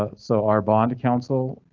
ah so our bond counsel.